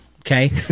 okay